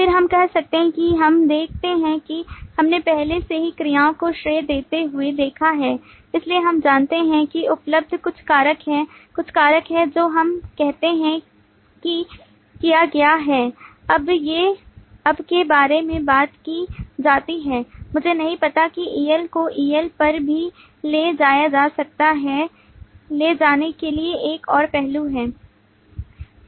फिर हम कह सकते हैं कि हम देखते हैं कि हमने पहले से ही क्रियाओं को श्रेय देते हुए देखा है इसलिए हम जानते हैं कि उपलब्ध कुछ कारक है कुछ कारक है जो हम कहते हैं कि किया गया है अब के बारे में बात की जाती है मुझे नहीं पता कि EL को EL पर भी ले जाया जा सकता है ले जाने के लिए एक और पहलू है